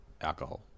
alcohol